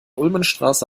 ulmenstraße